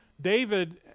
David